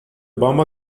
burma